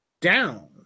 down